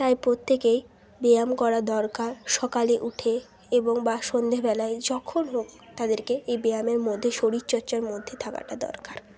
তাই প্রত্যেকেই ব্যায়াম করা দরকার সকালে উঠে এবং বা সন্ধেবেলায় যখন হোক তাদেরকে এই ব্যায়ামের মধ্যে শরীর চর্চার মধ্যে থাকাটা দরকার